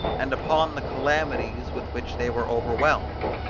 and upon the calamities with which they were overwhelmed.